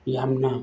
ꯌꯥꯝꯅ